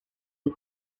his